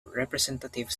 representative